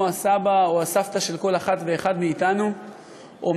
הסבא או הסבתא של כל אחת ואחד מאתנו עומד,